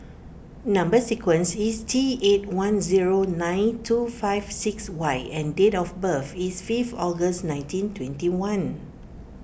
Number Sequence is T eight one zero nine two five six Y and date of birth is fifth August nineteen twenty one